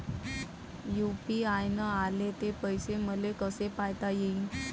UPI न आले ते पैसे मले कसे पायता येईन?